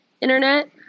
internet